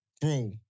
Bro